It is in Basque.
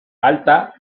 alta